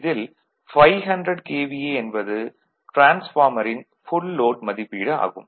இதில் 500 KVA என்பது டிரான்ஸ்பார்மரின் ஃபுல் லோட் மதிப்பீடு ஆகும்